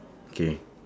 okay